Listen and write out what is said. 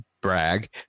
brag